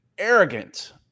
arrogant